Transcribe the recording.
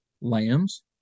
lambs